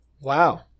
Wow